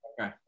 Okay